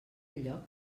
lloc